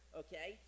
okay